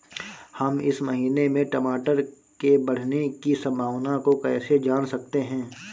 हम इस महीने में टमाटर के बढ़ने की संभावना को कैसे जान सकते हैं?